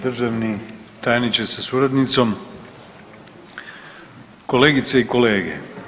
Državni tajniče sa suradnicom, kolegice i kolege.